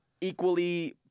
equally